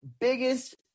Biggest